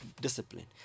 discipline